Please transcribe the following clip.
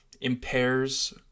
impairs